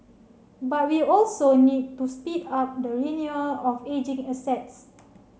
but we also need to speed up the renewal of ageing assets